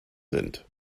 sind